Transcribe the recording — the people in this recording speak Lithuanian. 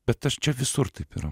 bet aš čia visur taip yra